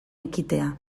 ekitea